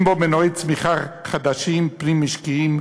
אין בו מנועי צמיחה חדשים פנים-משקיים,